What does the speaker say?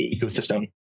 ecosystem